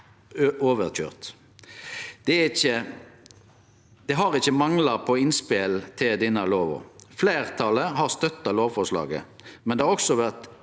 Det har ikkje mangla på innspel til denne lova. Fleirtalet har støtta lovforslaget, men det har også vore